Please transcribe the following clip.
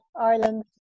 Ireland